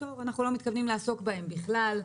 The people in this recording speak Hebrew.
אנחנו לא מתכוונים לעסוק בהם בכלל.